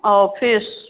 office